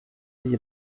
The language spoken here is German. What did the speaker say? sich